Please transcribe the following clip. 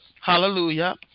hallelujah